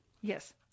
Yes